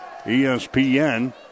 ESPN